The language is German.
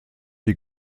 die